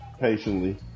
patiently